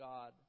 God